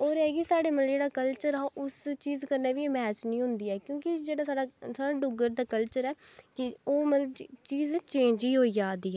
होर एह् ऐ कि साढ़े जेह्ड़ा मतलब कि कल्चर हा ओह् उस चीज कन्नै बी मैच निं होंदी ही क्योंकि जेह्ड़ा साढ़ा डुग्गर दा कल्चर ऐ कि ओह् मतलब कि ओह् चीज चेंज ही होई जा दी